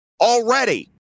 already